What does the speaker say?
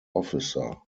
officer